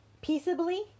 peaceably